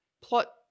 plot